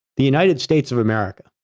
the united states of america.